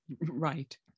right